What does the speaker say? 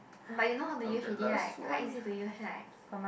but you know how to use already right quite easy to use right